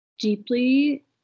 deeply